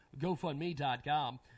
GoFundMe.com